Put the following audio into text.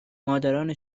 مادران